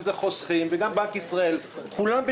אם זה חוסכים,